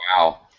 Wow